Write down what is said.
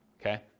okay